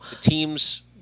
Teams